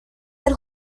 del